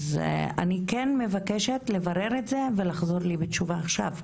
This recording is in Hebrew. אז אני כן מבקשת לברר את זה ולוודא ולחזור אליי בתשובה עכשיו,